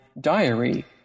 diary